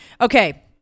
Okay